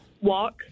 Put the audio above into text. walk